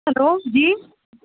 hello جی